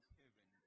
heaven